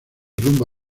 rumbo